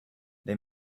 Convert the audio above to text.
they